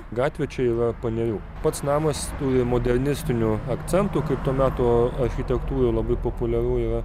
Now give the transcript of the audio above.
gatvė čia yra panerių pats namas turi modernistinių akcentų kaip to meto architektūroj labai populiaru yra